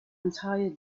entire